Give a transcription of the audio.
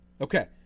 okay